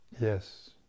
Yes